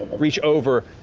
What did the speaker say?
reach over,